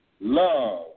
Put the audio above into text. love